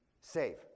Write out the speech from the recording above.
save